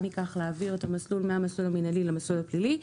מכך להעביר את המסלול מהמסלול המינהלי למסלול הפלילי.